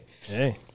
Hey